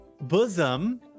bosom